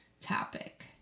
topic